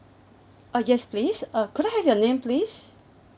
uh yes please uh could I have your name please